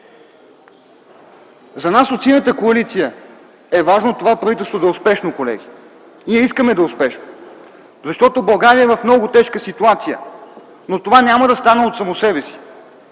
За нас от Синята коалиция е важно това правителство да е успешно, колеги. Ние искаме да е успешно, защото България е в много тежка ситуация, но това няма да стане от само себе си.